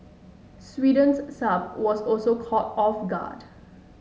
Sweden's Saab was also caught off guard